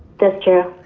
that's true.